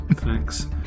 Thanks